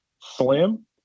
slim